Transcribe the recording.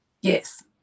yes